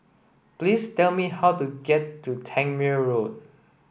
please tell me how to get to Tangmere Road